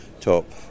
top